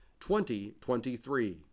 2023